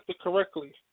correctly